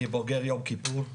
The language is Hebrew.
אני בוגר יום כיפור,